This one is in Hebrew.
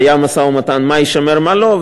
היה משא-ומתן מה יישמר ומה לא,